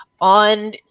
on